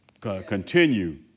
continue